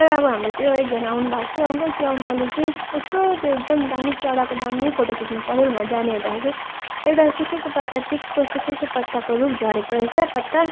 तर अब हाम्रो त्यो एकजना आउनु भएको थियो अङ्कल त्यो अङ्कलले चाहिँ यस्तो त्यो एकदम दामी चराको दामी फोटो खिच्नु पऱ्यो भनेर जाने हुँदाखेरि चाहिँ एउटा सुकेको पत्ता टिकको सुकेको पत्ताको रूप झरेको रहेछ पत्ता